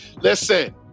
Listen